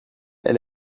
elle